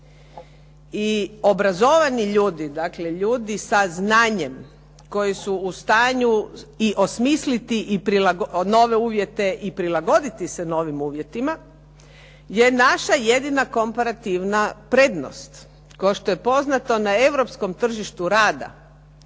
I obrazovani ljudi, dakle ljudi sa znanjem koji su u stanju osmisliti nove uvjete i prilagoditi se novim uvjetima je naša jedina komparativna prednost. Kao što je poznato na europskom tržištu rada,